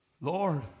Lord